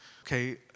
okay